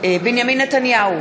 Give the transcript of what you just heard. בנימין נתניהו,